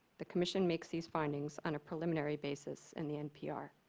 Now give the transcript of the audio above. the commission makes these findings on a preliminary basis in the npr.